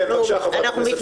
כן, בבקשה, חברת הכנסת פרומן.